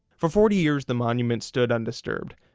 for forty years the monument stood undisturbed,